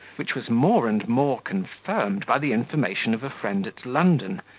which was more and more confirmed by the information of a friend at london,